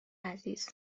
عزیز